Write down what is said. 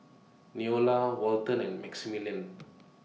Neola Walton and Maximilian